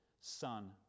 son